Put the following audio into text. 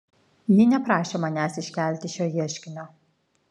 ji neprašė manęs iškelti šio ieškinio